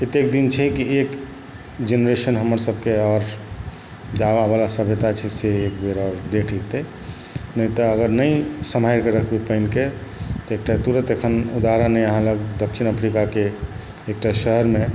एतेक दिन छै कि जे एक जेनरेशन हमर सबके आओर जे आबऽबला सभ्यता छै से एकबेर अओर देख लेतै नहि तँ अगर नहि सम्हारिकऽ रखबै पानिके तँ एकटा तुरन्त एखन उदाहरणे अहाँ लग दच्छिन अफ्रीकाके एकटा शहरमे